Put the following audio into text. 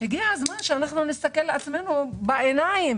הגיע הזמן שאנחנו נסתכל לעצמנו בעיניים